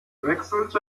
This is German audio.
wechselte